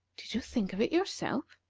did you think of it yourself?